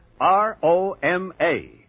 R-O-M-A